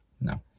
No